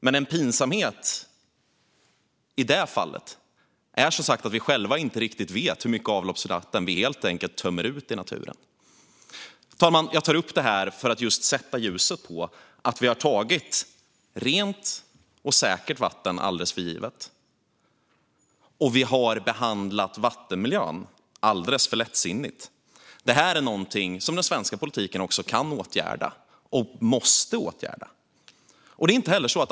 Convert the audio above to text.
Men en pinsamhet i det fallet är som sagt att vi själva inte riktigt vet hur mycket avloppsvatten vi helt enkelt tömmer i naturen. Herr talman! Jag tar upp detta för att sätta ljuset på att vi i alldeles för hög grad har tagit rent och säkert vatten för givet, och vi har behandlat vattenmiljön alldeles för lättsinnigt. Detta är något som den svenska politiken kan åtgärda och måste åtgärda.